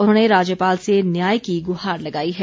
उन्होंने राज्यपाल से न्याय की गुहार लगाई है